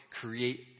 create